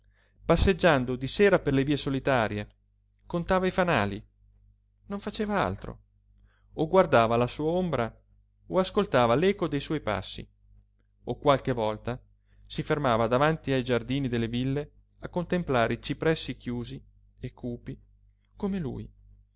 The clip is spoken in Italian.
passeggiando di sera per le vie solitarie contava i fanali non faceva altro o guardava la sua ombra o ascoltava l'eco dei suoi passi o qualche volta si fermava davanti ai giardini delle ville a contemplare i cipressi chiusi e cupi come lui